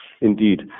indeed